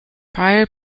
prior